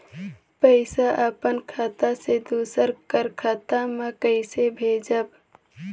पइसा अपन खाता से दूसर कर खाता म कइसे भेजब?